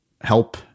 help